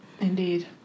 Indeed